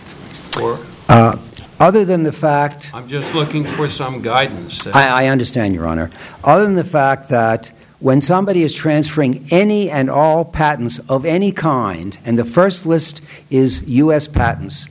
other than the fact i'm just looking for some guidance i understand your honor other than the fact that when somebody is transferring any and all patents of any kind and the first list is us patterns